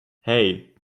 hei